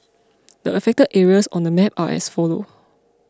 the affected areas on the map are as follow